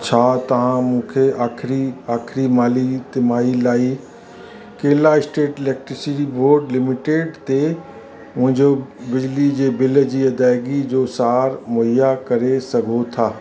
छा तव्हां मूंखे आख़िरी आख़िरी माली तिमाही लाइ Kerala State Electricity Board Limited ते मुंहिंजो बिजली जे बिल जी अदायगी जो सारु मुहैया करे सघो था